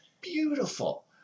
Beautiful